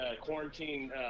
quarantine